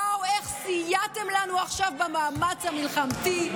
ואו, איך סייעתם לנו עכשיו במאמץ המלחמתי.